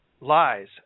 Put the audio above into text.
lies